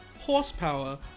horsepower